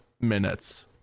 minutes